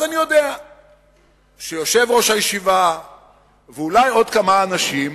אז אני יודע שיושב-ראש הישיבה ואולי עוד כמה אנשים